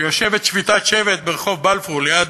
שיושבת שביתת שבת ברחוב בלפור, ליד